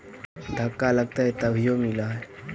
धक्का लगतय तभीयो मिल है?